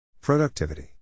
Productivity